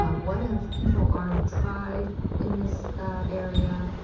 ah what have people already tried in this area?